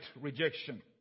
rejection